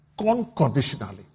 unconditionally